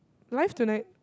do I have to like